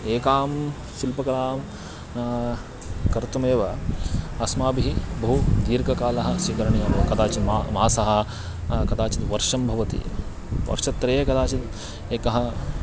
एकां शिल्पकलां कर्तुमेव अस्माभिः बहु दीर्घकालः स्वीकरणीयः बव कदाचित् मा मासः कदाचित् वर्षं भवति वर्षत्रये कदाचित् एकः